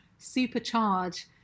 supercharge